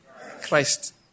Christ